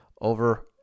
over